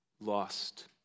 lost